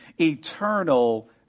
eternal